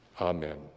Amen